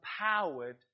empowered